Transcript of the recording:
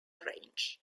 range